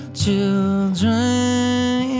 children